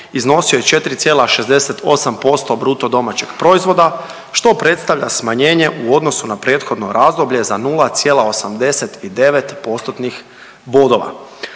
iznosio je 4,68% BDP-a, što predstavlja smanjenje u odnosu na prethodno razdoblje za 0,89 postotnih